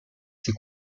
ses